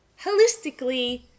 holistically